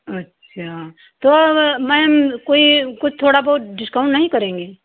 अच्छा तो मैम कोई कुछ थोड़ा बहुत डिस्काउंट नही करेंगी